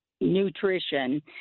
nutrition